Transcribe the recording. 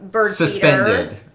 Suspended